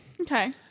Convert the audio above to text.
Okay